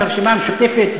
את הרשימה המשותפת,